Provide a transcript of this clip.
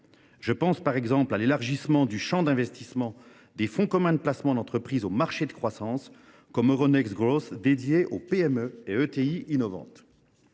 Je pense, par exemple, à l’élargissement du champ d’investissement des fonds communs de placement d’entreprise (FCPE) aux marchés de croissance, comme Euronext Growth, dédiés aux PME et aux ETI innovantes